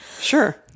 Sure